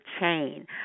chain